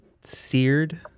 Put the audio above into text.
seared